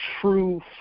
true